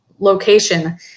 location